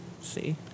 see